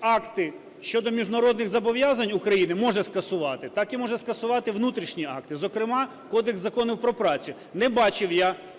акти щодо міжнародних зобов'язань України, може скасувати, так і може скасувати внутрішні акти, зокрема, кодекс законів про працю. Не бачив я